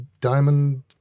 diamond